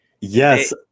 Yes